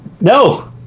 No